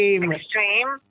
extreme